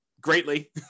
greatly